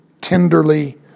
tenderly